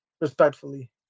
respectfully